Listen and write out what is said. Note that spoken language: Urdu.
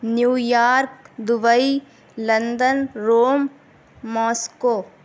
New York Dubai London Rome Moscow